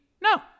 No